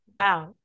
wow